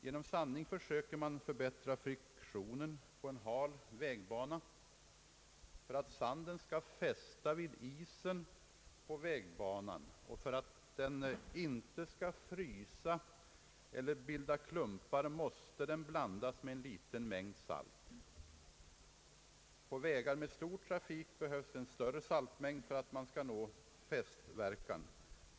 Genom sandning försöker man förbättra friktionen på en hal vägbana. För att sanden skall fästa vid isen på vägbanan och för att den inte skall frysa eller bilda klumpar måste den blandas med en liten mängd salt. På vägar med stor trafik behövs en större saltmängd för att man skall nå fästverkan.